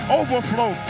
overflow